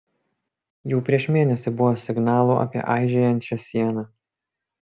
jau prieš mėnesį buvo signalų apie aižėjančią sieną